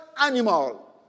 animal